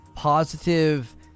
positive